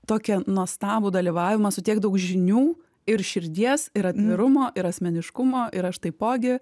tokį nuostabų dalyvavimą su tiek daug žinių ir širdies ir atvirumo ir asmeniškumo ir aš taipogi